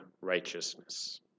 righteousness